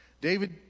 David